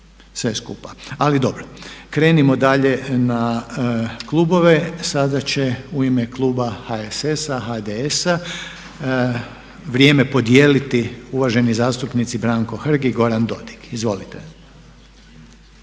sve skupa, ali dobro. Krenimo dalje na klubove. Sada će u ime kluba HSS-a, HDS-a vrijeme podijeliti uvaženi zastupnici Branko Hrg i Goran Dodig. Izvolite.